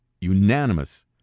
unanimous